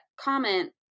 comment